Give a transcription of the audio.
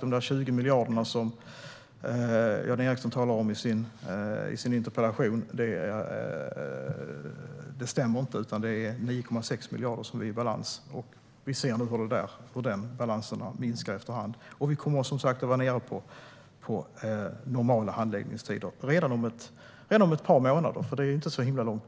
De 20 miljarder som Jan Ericson talar om i sin interpellation stämmer inte, utan det rör sig om 9,6 miljarder. Vi ser också hur balanserna minskar efter hand. Vi kommer att vara nere på normala handläggningstider redan om ett par månader - det är ju inte så långt